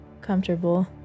comfortable